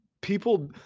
People